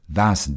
Thus